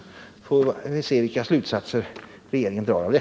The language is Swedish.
I så fall får vi se då vilka slutsatser regeringen drar av det.